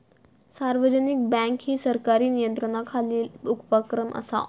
सार्वजनिक बँक ही सरकारी नियंत्रणाखालील उपक्रम असा